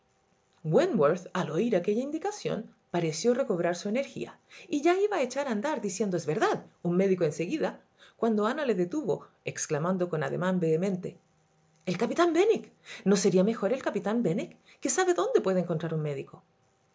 al oír aquella indicación pareció recobrar su energía y ya iba a echar a andar diciendo es verdad un médico en seguida cuando ana le detuvo exclamando con ademán vehemente el capitán benwick no sería mejor el capitán benwick que sabe dónde puede encontrar un médico